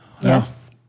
Yes